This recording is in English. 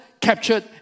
captured